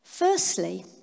Firstly